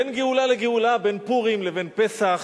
בין גאולה לגאולה, בין פורים לבין פסח,